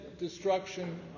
destruction